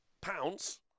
Pounds